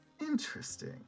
interesting